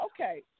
Okay